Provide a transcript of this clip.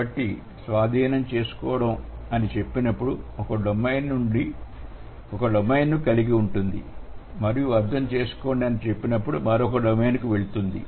కాబట్టి స్వాధీనం చేసుకోవడం అని చెప్పినప్పుడు ఒక డొమైన్ ను కలిగి ఉంటుంది మరియు అర్థం చేసుకోండి అని చెప్పినప్పుడు మరొక డొమైన్ కు వెళుతుంది